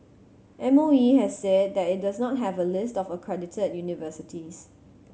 M O E has said that it does not have a list of accredited universities